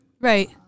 right